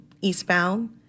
eastbound